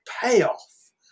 payoff